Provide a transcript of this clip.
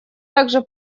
также